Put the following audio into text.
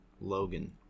Logan